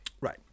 Right